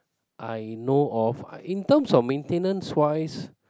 I know of in terms of maintenance wise